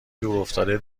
دورافتاده